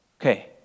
Okay